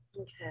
Okay